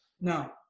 No